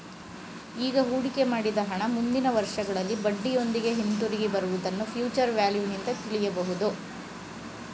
ಈಗ ಹೂಡಿಕೆ ಮಾಡಿದ ಹಣ ಮುಂದಿನ ವರ್ಷಗಳಲ್ಲಿ ಬಡ್ಡಿಯೊಂದಿಗೆ ಹಿಂದಿರುಗಿ ಬರುವುದನ್ನ ಫ್ಯೂಚರ್ ವ್ಯಾಲ್ಯೂ ನಿಂದು ತಿಳಿಯಬಹುದು